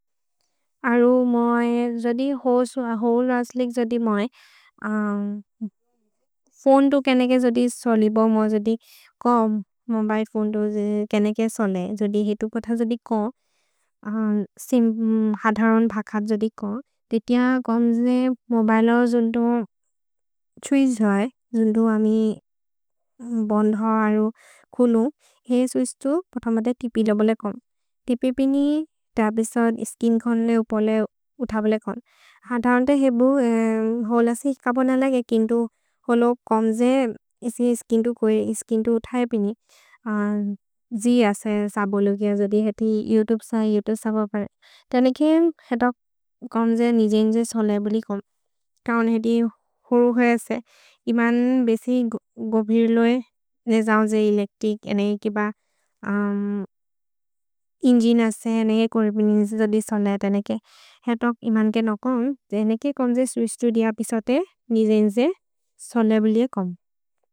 अरु मै जोदि होसु, और् अस्लिक् जोदि मै फोने तु केनेके जोदि सोलिब म जोदि चोम् मोबिले फोने तु केनेके सोले जोदि हितु। कोथ जोदि चोम् सिम् हथरोन् भखत् जोदि चोम् दे तिअ चोम् जे मोबिले जो जोन्दो छुइ झए जोन्दो अमि बन्धौ अरु खुलु हेइ। सुइस्तु पतमदे तिपिल बोले चोम् तिपि पिनि तबिस स्किन् कोन्ले उपोले उथ बोले कोन् हथरोन् ते हेबु होल् असिक् कपो न लगे किन्तु होलो। छोम् जे इसि स्किन् तु कोहे स्किन् तु उथये पिनि जोदि असे सबोलो किअ जोदि हेति योउतुबे सहे योउतुबे सबो परे तनेके हेत। छोम् जे निजेन् जे सोले बोले चोम् कौन् हेति होरु होइ असे इमन् बेसि गोबिर् लोए ने जओ जे एलेच्त्रिच् एनय् केब इन्जि नसे एनय् के कुरुपिन्। निजेन् जोदि सोले तनेके हेतो इमन् केनो कोम् जेनेके कोम् जे सुइस्तु दि एपिसोदे निजेन् जे सोले बोले चोम्।